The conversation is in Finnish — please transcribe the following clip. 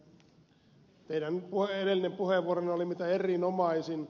teidän edellinen puheenvuoronne oli mitä erinomaisin